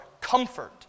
comfort